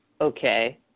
okay